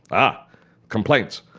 ah complaints.